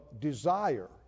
desire